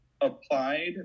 applied